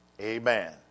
Amen